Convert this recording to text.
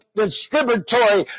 distributory